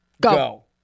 Go